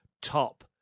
top